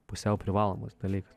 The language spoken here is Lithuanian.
pusiau privalomas dalykas